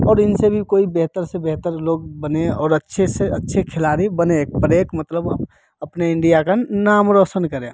और इनसे भी कोई बेहतर से बेहतर लोग बने और अच्छे से अच्छे खिलाड़ी बने मतलब अपने इंडिया का नाम रोशन करें